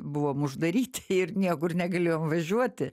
buvom uždaryti ir niekur negalėjom važiuoti